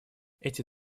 эти